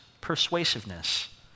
persuasiveness